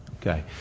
Okay